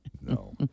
No